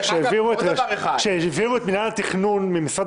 כאשר העבירו את מינהל התכנון ממשרד